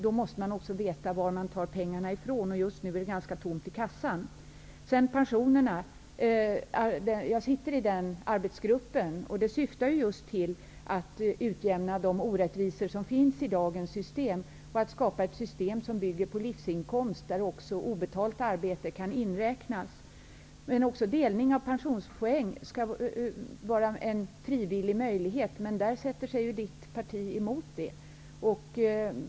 Man måste då veta varifrån man skall ta pengarna. Just nu är det ganska tomt i kassan. Jag sitter med i arbetsgruppen som arbetar med pensionerna. Utredningen syftar till att utjämna de orättvisor som finns i dagens system och att skapa ett system som bygger på livsinkomst där obetalt arbete kan inräknas. Delning av pensionspoäng skall vara en frivillig möjlighet. Det motsätter sig dock Margreta Winbergs parti.